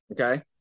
Okay